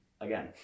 Again